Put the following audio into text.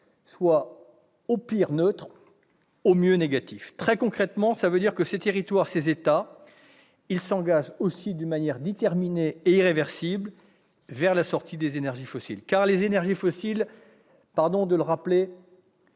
soit au pire neutre, au mieux négatif. Très concrètement, cela signifie que ces territoires, ces États s'engagent d'une manière déterminée et irréversible vers la sortie des énergies fossiles. Les énergies fossiles, pardonnez-moi de le rappeler,